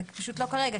זה לא כרגע.